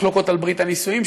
מחלוקות על ברית הנישואים,